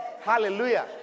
Hallelujah